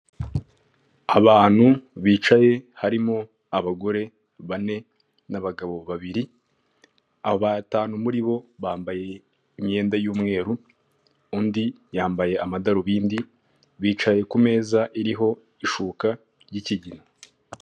Iibiri ibura kugira ngo abatarishyura umusoro ku nyungu ku itariki mirongo itatu n'imwe z'ukwa cumi n'abiri bibiri na makumyabiri na kane bazabe barangije kwishyura umusoro ku nyungu.